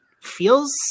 feels